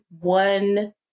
one